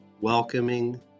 welcoming